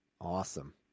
Awesome